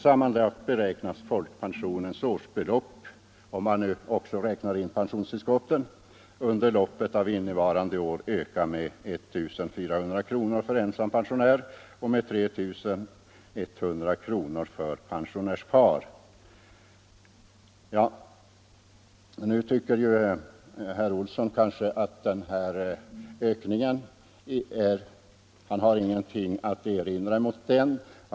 Sammanlagt beräknas årsbeloppet för folkpensionen —- om man också räknar in pensionstillskotten — under loppet av innevarande år öka med 1 400 kr. för ensam pensionär och med 3 100 kr. för pensionärspar. Herr Olsson har ingenting att erinra mot den här ökningen.